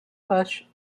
bush